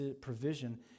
provision